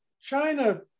China